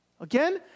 Again